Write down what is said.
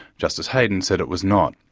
justice hayden, said it was not.